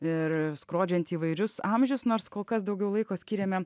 ir skrodžiant įvairius amžius nors kol kas daugiau laiko skiriame